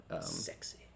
Sexy